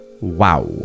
wow